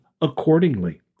accordingly